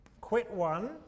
quit-one